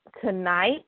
tonight